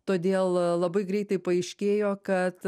todėl labai greitai paaiškėjo kad